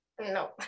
no